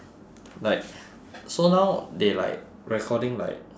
like so now they like they recording like